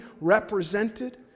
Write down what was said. represented